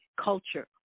culture